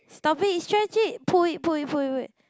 stop it stretch it pull it pull it pull it pull it